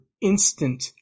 instant